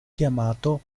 chiamato